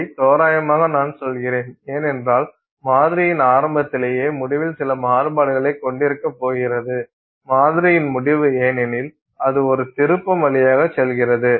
இதை தோராயமாக நான் சொல்கிறேன் ஏனென்றால் மாதிரியின் ஆரம்பத்திலேயே முடிவில் சில மாறுபாடுகளைக் கொண்டிருக்கப்போகிறது மாதிரியின் முடிவு ஏனெனில் அது ஒரு திருப்பம் வழியாக செல்கிறது